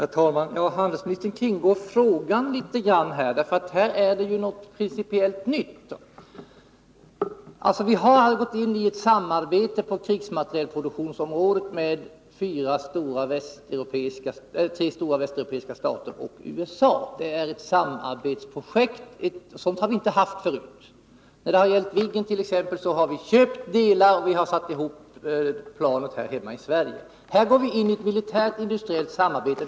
Herr talman! Handelsministern kringgår frågan litet. Här rör det sig om något principiellt nytt. Vi har alltså gått in i ett samarbete på krigsmaterielproduktionsområdet med tre stora västeuropeiska stater och USA. Det är ett samarbetsprojekt. Något sådant har vi inte haft förut. När det har gällt t.ex. Viggen har vi köpt delar och satt ihop planen här hemma i Sverige. Nu har vi gått in i ett militärt industriellt samarbete.